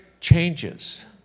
changes